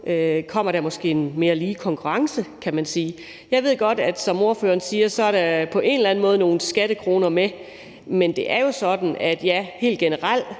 kommer der måske en mere lige konkurrence, kan man sige. Jeg ved godt, som Dansk Folkepartis ordfører siger, at der på en eller anden måde er nogle skattekroner med. Men det er jo helt generelt